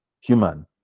Human